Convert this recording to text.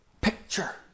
picture